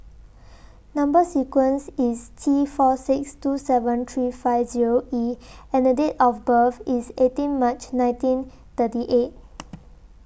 Number sequence IS T four six two seven three five Zero E and The Date of birth IS eighteen March nineteen thirty eight